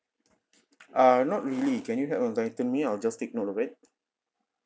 err not really can you help enlighten me I'll just take note of it